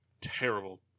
terrible